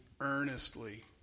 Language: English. earnestly